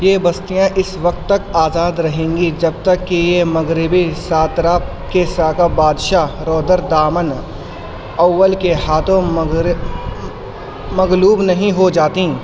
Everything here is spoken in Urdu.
یہ بستیاں اس وقت تک آزاد رہیں گی جب تک کہ یہ مغربی ساتراپ کے ساکا بادشاہ رودردامن اول کے ہاتھوں مغرب مغلوب نہیں ہو جاتیں